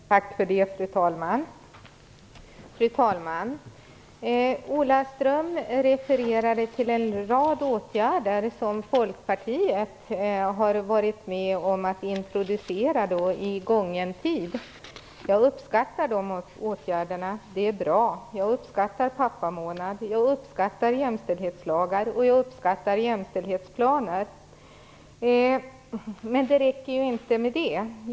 Fru talman! Jag begärde replik på Ola Ströms anförande, men han är nu inte närvarande i kammaren. Ola Ström refererade till en rad åtgärder som Folkpartiet har varit med om att introducera i gången tid. Jag uppskattar de åtgärderna - jag uppskattar pappamånad, jag uppskattar jämställdhetslagar, och jag uppskattar jämställdhetsplaner. Men det räcker ju inte med det.